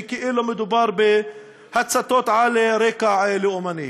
שכאילו מדובר בהצתות על רקע לאומני.